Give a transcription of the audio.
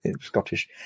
Scottish